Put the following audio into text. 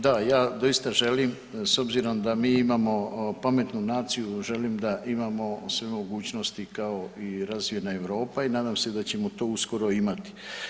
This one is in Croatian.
Da ja doista želim s obzirom da mi imamo pametnu naciju želim da imamo sve mogućnosti kao i razvijena Europa i nadam se da ćemo to uskoro imati.